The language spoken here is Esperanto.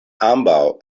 ambaŭ